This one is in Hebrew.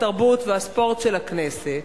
התרבות והספורט של הכנסת,